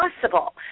possible